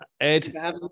Ed